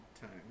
time